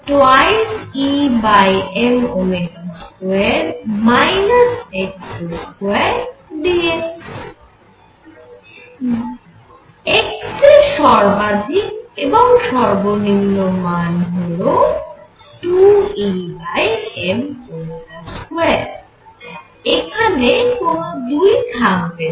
x এর সর্বাধিক এবং সর্বনিম্ন মান হল 2Em2 এখানে কোন দুই থাকবে না